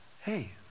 hey